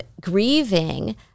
grieving